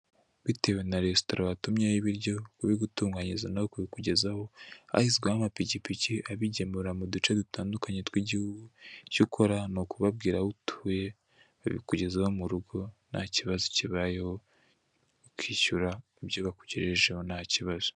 Bitewe na resitora watumyeho ibiryo, kubigutunganyiriza no kubikugezaho hashyizweho amapikipiki abigemura mu duce dutandukanye tw'igihugu, icyo ukora ni ukubabwira aho utuye babikugezaho mu rugo ntakibazo kibayeho ,ukishyura ibyo bakugejejeho ntakibazo.